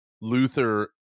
Luther